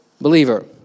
believer